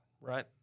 right